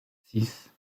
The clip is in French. six